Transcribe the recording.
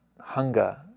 hunger